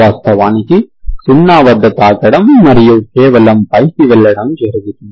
వాస్తవానికి 0 వద్ద తాకడం మరియు కేవలం పైకి వెళ్లడం జరుగుతుంది